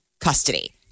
custody